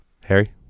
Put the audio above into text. Harry